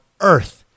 earth